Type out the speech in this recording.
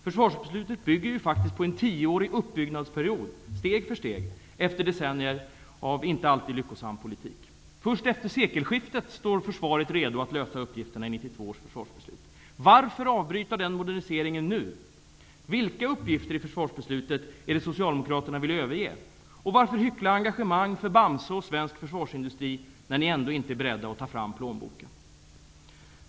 Försvarsbeslutet bygger ju faktiskt på en tioårig uppbyggnadsperiod, steg för steg, efter decennier av inte alltid lyckosam politik. Först efter sekelskiftet står försvaret redo att lösa uppgifterna i 1992 års försvarsbeslut. Varför skall vi avbryta den moderniseringen nu? Vilka uppgifter i försvarsbeslutet är det Socialdemokraterna vill överge? Varför hycklar ni engagemang för Bamse och svensk försvarsindustri när ni ändå inte är beredda att ta fram plånboken?